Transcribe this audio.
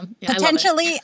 potentially